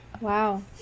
Wow